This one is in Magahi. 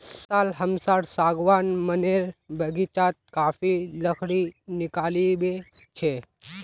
इटा साल हमसार सागवान मनेर बगीचात काफी लकड़ी निकलिबे छे